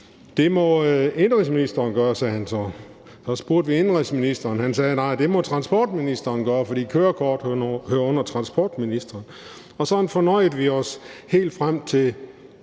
Det må indenrigsministeren gøre, sagde han så. Så spurgte vi indenrigsministeren. Han sagde, at nej, det må transportministeren gøre, for kørekort hører under transportministeren. Sådan fornøjede vi os helt frem til